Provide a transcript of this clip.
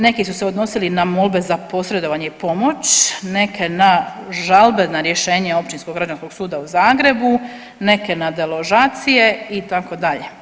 Neki su se odnosili na molbe za posredovanje i pomoć, neke na žalbe na rješenje Općinskog građanskog suda u Zagrebu, neke na deložacije, itd.